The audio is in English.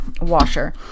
washer